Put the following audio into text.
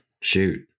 shoot